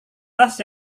tas